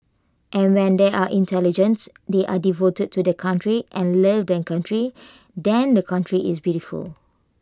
and when they are intelligent they are devoted to their country and love their country then the country is beautiful